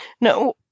No